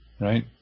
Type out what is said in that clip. right